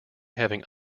having